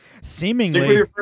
seemingly—